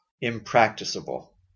impracticable